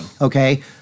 Okay